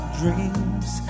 dreams